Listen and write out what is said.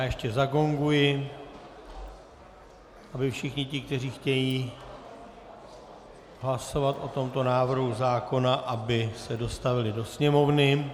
Ještě zagonguji, aby všichni ti, kteří chtějí hlasovat o tomto návrhu zákona, se dostavili do sněmovny.